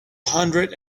hundred